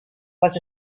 was